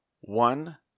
one